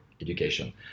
education